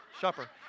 shopper